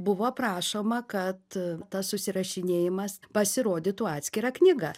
buvo prašoma kad tas susirašinėjimas pasirodytų atskira knyga